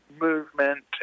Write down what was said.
movement